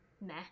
meh